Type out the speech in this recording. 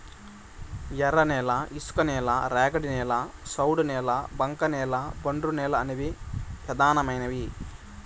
ఎర్రనేల, ఇసుకనేల, ర్యాగిడి నేల, సౌడు నేల, బంకకనేల, ఒండ్రునేల అనేవి పెదానమైనవి